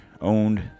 owned